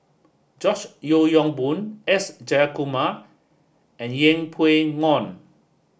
George Yeo Yong Boon S Jayakumar and Yeng Pway Ngon